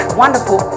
wonderful